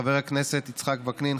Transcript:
חבר הכנסת יצחק וקנין,